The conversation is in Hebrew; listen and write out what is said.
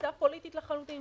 תפיסה פוליטית לחלוטין,